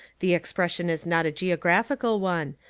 the expression is not a geo graphical one,